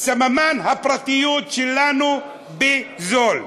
סממני הפרטיות שלנו בזול.